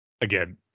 again